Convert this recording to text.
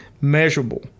Measurable